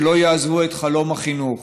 שלא יעזבו את חלום החינוך.